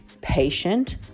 patient